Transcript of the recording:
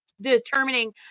Determining